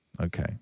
Okay